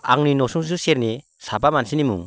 आंनि न'सुंसे सेरनि साबा मानसिनि मुं